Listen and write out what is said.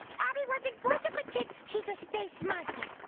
abby wasn't going to pretend she's a space monkey.